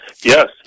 Yes